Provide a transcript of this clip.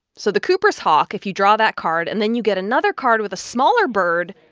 so the cooper's hawk if you draw that card and then you get another card with a smaller bird,